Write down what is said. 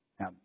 Now